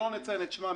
שלא נציין את שמן,